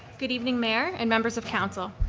good evening mayor and members of council.